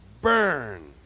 Burn